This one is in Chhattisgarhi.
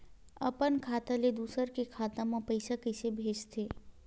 अपन खाता ले दुसर के खाता मा पईसा कइसे भेजथे?